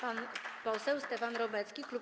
Pan poseł Stefan Romecki, klub